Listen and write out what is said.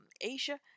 Asia